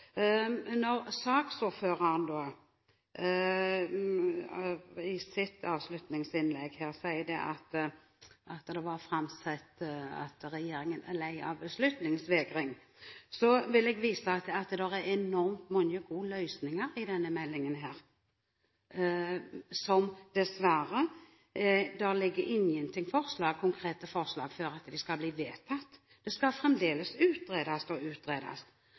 Når saksordføreren i sitt avslutningsinnlegg her sier at regjeringen er lei av beslutningsvegring, vil jeg vise til at det er enormt mange gode løsninger i denne meldingen. Dessverre ligger det ingen konkrete forslag for at de skal bli vedtatt. Det skal fremdeles utredes og utredes.